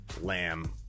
Lamb